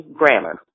grammar